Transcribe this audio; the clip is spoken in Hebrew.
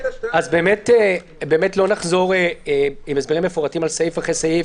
לא נחזור עם הסברים מפורטים סעיף אחרי סעיף,